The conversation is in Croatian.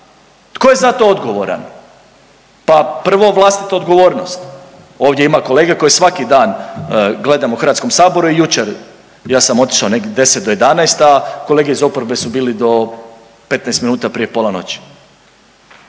Tko je za to odgovoran? Pa prvo vlastita odgovornost, ovdje ima kolega koje svaki dan gledam u HS, jučer ja sam otišao negdje 10 do 11, a kolege iz oporbe su bili do 15 minuta prije pola noći,